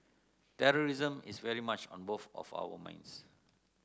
terrorism is very much on both of our minds